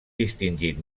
distingit